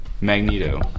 Magneto